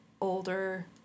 older